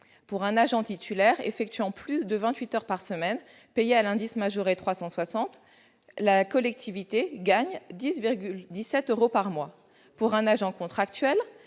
pour un agent titulaire effectuant plus de 28 heures par semaine, payé à l'indice majoré 360, la collectivité gagne 10,17 euros par mois. Pour un agent contractuel